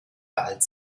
alt